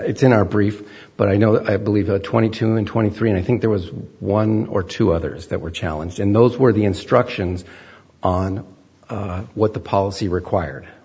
it's in our brief but i know that i believe a twenty two and twenty three and i think there was one or two others that were challenge and those were the instructions on what the policy required